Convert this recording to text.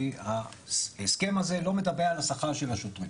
כי ההסכם הזה לא מדבר על השכר של השוטרים.